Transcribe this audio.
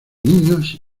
niños